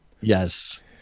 yes